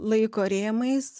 laiko rėmais